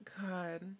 God